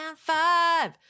five